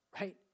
Right